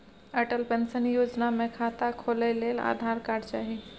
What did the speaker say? Atal pension योजना मे खाता खोलय लेल आधार कार्ड चाही